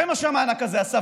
זה מה שהמענק הזה עשה,